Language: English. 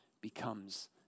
becomes